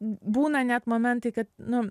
būna net momentai kad nu